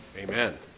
Amen